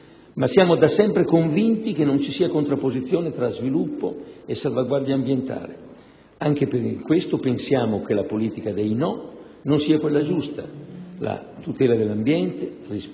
ma siamo da sempre convinti che non ci sia contrapposizione tra sviluppo e salvaguardia ambientale ed è anche per questo che pensiamo che la politica dei no non sia quella giusta. La tutela dell'ambiente richiede